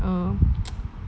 uh